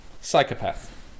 psychopath